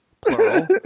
Plural